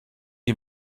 die